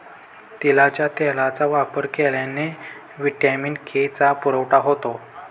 तिळाच्या तेलाचा वापर केल्याने व्हिटॅमिन के चा पुरवठा होतो